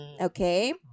Okay